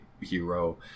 hero